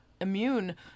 immune